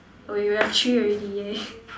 oh you have three already !yay!